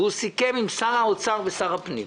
והוא סיכם עם שר האוצר ושר הפנים,